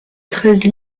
treize